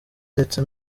ndetse